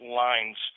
lines